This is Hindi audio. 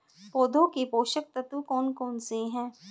पौधों के पोषक तत्व कौन कौन से हैं?